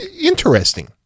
interesting